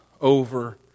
over